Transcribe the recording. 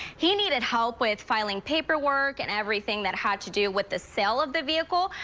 he needed help with filing paperwork and everything that had to do with the sale of the vehicle,